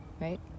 Right